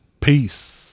Peace